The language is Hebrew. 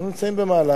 אנחנו נמצאים במהלך,